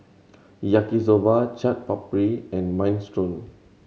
Yaki Soba Chaat Papri and Minestrone